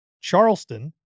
Charleston